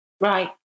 Right